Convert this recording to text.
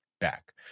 Back